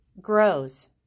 grows